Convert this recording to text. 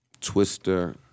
Twister